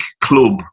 club